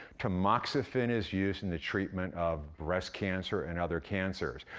tamoxifen is used in the treatment of breast cancer and other cancers.